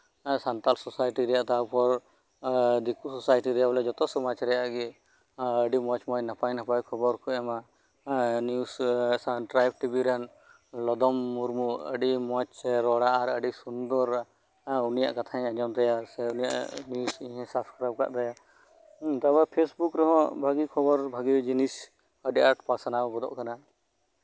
ᱮᱸ ᱥᱟᱱᱛᱟᱞ ᱥᱳᱥᱟᱭᱤᱴᱤ ᱛᱟᱨᱯᱚᱨ ᱫᱮᱠᱳ ᱥᱳᱥᱟᱭᱤᱴᱤ ᱡᱷᱚᱛᱚ ᱥᱳᱥᱟᱭᱤᱴᱤ ᱨᱮᱭᱟᱜ ᱜᱮ ᱟᱸ ᱟᱰᱤ ᱢᱚᱸᱡᱽᱼᱢᱚᱸᱡᱽ ᱱᱟᱯᱟᱭᱼᱱᱟᱯᱟᱭ ᱠᱷᱚᱵᱚᱨ ᱠᱚ ᱮᱢᱟ ᱮᱸ ᱱᱤᱭᱩᱡᱽ ᱴᱨᱟᱭᱤᱵ ᱴᱤᱵᱷᱤ ᱨᱮᱱ ᱞᱚᱫᱚᱢ ᱢᱩᱨᱢᱩ ᱟᱹᱰᱤ ᱢᱚᱸᱡᱽ ᱮ ᱨᱟᱲᱟ ᱟᱨ ᱟᱹᱰᱤ ᱥᱩᱱᱫᱚᱨ ᱟᱨ ᱩᱱᱤᱭᱟᱜ ᱠᱟᱛᱷᱟᱧ ᱟᱸᱡᱚᱢ ᱛᱟᱭᱟ ᱥᱮ ᱩᱱᱤᱭᱟᱜ ᱱᱤᱭᱩᱡᱽ ᱤᱧ ᱥᱟᱵᱽᱥᱠᱨᱟᱭᱤᱵᱷ ᱟᱠᱟᱫ ᱛᱟᱭᱟ ᱛᱚᱵᱮ ᱯᱷᱮᱹᱥᱵᱩᱠ ᱨᱮᱦᱚᱸ ᱵᱷᱟᱹᱜᱮ ᱠᱷᱚᱵᱚᱨ ᱵᱷᱟᱹᱜᱤ ᱡᱤᱱᱤᱥ ᱟᱰᱤ ᱟᱸᱴ ᱯᱟᱥᱱᱟᱣ ᱜᱚᱫᱚᱜ ᱠᱟᱱᱟ